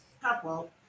couple